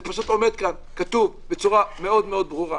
זה פשוט עומד כאן, כתוב, בצורה מאוד מאוד ברורה.